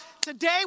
Today